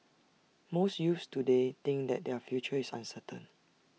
most youths today think that their future is uncertain